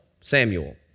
Samuel